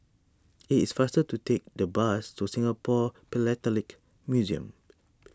it is faster to take the bus to Singapore Philatelic Museum